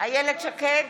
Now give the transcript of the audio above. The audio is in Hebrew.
איילת שקד,